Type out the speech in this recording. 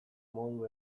modu